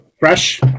Fresh